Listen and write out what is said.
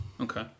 Okay